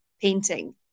painting